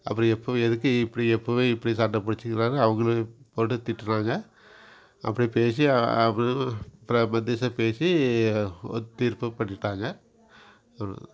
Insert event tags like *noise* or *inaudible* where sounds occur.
அப்புறம் எப்போவும் எதுக்கு இப்படி எப்போவுமே இப்படி சண்டை பிடிச்சிக்கிறாங்க அவர்களும் போட்டுத் திட்டுறாங்க அப்படி பேசி *unintelligible* அப்புறம் மத்யசம் பேசி ஒரு தீர்ப்பும் பண்ணிட்டாங்க அவ்வளோ தான்